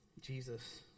Jesus